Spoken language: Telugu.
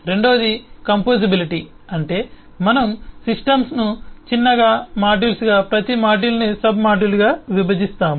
రెండవది కంపోజిబిలిటీ అంటే మనం సిస్టమ్ను చిన్న మాడ్యూల్స్గా ప్రతి మాడ్యూల్ను సబ్ మాడ్యూల్స్గా విభజిస్తాము